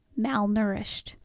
malnourished